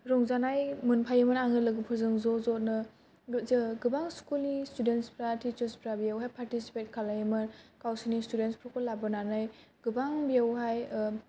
रंजानाय मोनफायोमोन आङो लोगोफोरजों ज'ज' नो गोबां स्कुलनि स्टुदेन्सफ्रा टिचारसफ्रा बेवहाय पारटिसिपेट खालायोमोन गावसिनि स्टुदेन्सफोरखौ लाबोनानै गोबां बावहाय